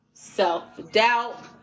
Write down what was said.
Self-doubt